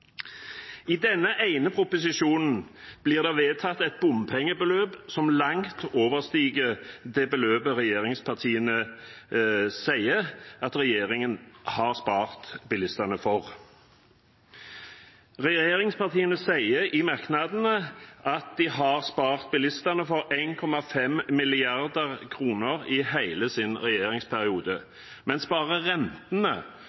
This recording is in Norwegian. I denne ene proposisjonen blir det vedtatt et bompengebeløp som langt overstiger det beløpet regjeringspartiene sier at regjeringen har spart bilistene for. Regjeringspartiene sier i merknadene at de har spart bilistene for 1,5 mrd. kr i hele sin